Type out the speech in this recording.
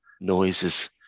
noises